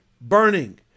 burning